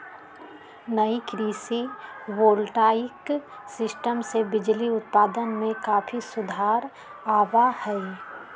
नई कृषि voltaic system से बिजली उत्पादन में काफी सुधार आवा हई